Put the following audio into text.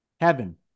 Heaven